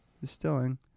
Distilling